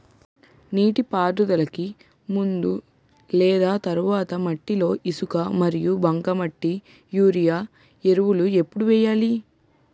నీటిపారుదలకి ముందు లేదా తర్వాత మట్టిలో ఇసుక మరియు బంకమట్టి యూరియా ఎరువులు ఎప్పుడు వేయాలి?